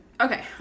Okay